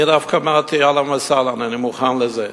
אני דווקא אמרתי, אהלן וסהלן, אני מוכן לזה.